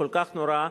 כל כך נורא,